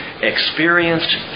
experienced